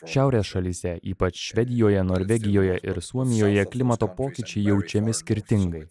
šiaurės šalyse ypač švedijoje norvegijoje ir suomijoje klimato pokyčiai jaučiami skirtingai